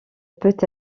peut